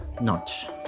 notch